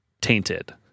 tainted